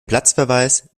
platzverweis